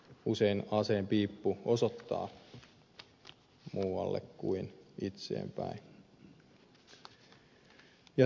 usein aseen piippu osoittaa muualle kuin itseen päin